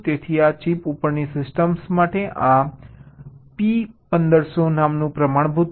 તેથી આ ચિપ ઉપરની સિસ્ટમ માટે આ P1500 નામનું પ્રમાણભૂત છે